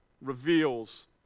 reveals